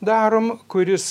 darom kuris